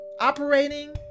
operating